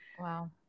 Wow